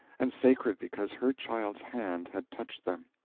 and sacred because her child's hand had touched them.